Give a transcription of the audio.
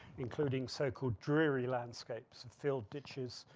including so-called dreary landscapes, filled ditches,